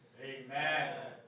Amen